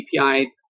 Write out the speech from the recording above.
API